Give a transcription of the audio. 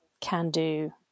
can-do